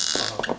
(uh huh)